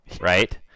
right